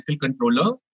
controller